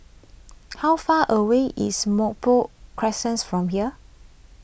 how far away is Merbok from here